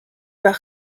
par